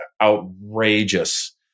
outrageous